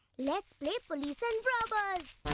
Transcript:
let's play police and robbers!